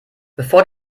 bevor